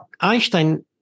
Einstein